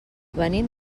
venim